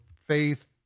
faith